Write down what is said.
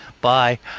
Bye